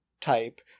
type